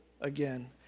again